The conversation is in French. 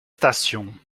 stations